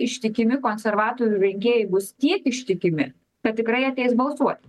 ištikimi konservatorių rinkėjai bus tiek ištikimi kad tikrai ateis balsuot